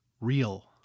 real